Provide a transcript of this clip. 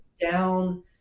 down